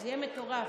זה יהיה מטורף.